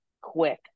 quick